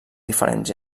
diferents